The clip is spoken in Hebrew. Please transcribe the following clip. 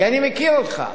כי אני מכיר אותך,